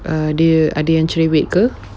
err dia adik yang cerewet ke